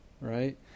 right